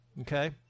okay